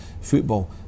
football